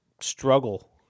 struggle